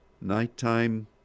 nighttime